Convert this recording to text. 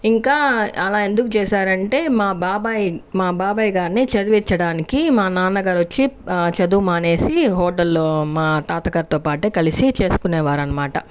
ఇంకా అలా ఎందుకు చేశారంటే మా బాబాయ్ మా బాబాయ్ గారిని చదివిచ్చడానికి మా నాన్నగారు వచ్చి చదువు మానేసి హోటల్ లో మా తాతగారితో పాటే కలిసి చేసుకునేవారనమాట